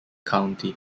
county